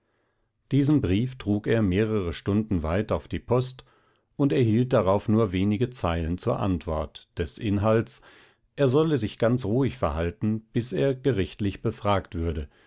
diesen brief trug er mehrere stunden weit auf die post und erhielt darauf nur wenige zeilen zur antwort des inhalts er solle sich ganz ruhig verhalten bis er gerichtlich befragt würde